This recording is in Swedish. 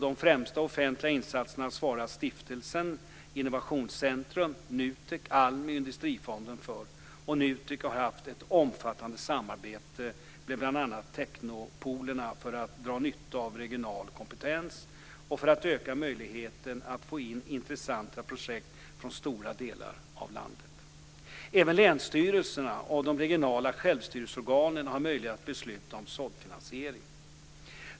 De främsta offentliga insatserna svarar Stiftelsen Innovationscentrum, NUTEK, ALMI och Industrifonden för. NUTEK har haft ett omfattande samarbete med bl.a. Teknopoolerna för att dra nytta av regional kompetens och för att öka möjligheten att få in intressanta projekt från stora delar av landet. Även länsstyrelserna och de regionala självstyrelseorganen har möjlighet att besluta om såddfinansiering.